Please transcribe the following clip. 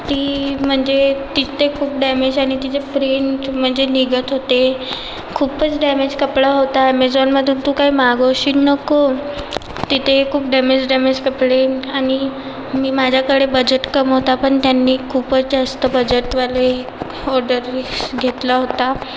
ती म्हणजे ती ते खूप डॅमेज आणि तिचे प्रिंट म्हणजे निघत होते खूपच डॅमेज कपडा होता अमेझॉनमधून तू काही मागवशील नको तिथे खूप डॅमेज डॅमेज कपडे आणि मी माझ्याकडे बजेट कमी होतं पण त्यांनी खूपच जास्त बजेटवाले ऑर्डरी घेतला होता